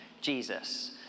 Jesus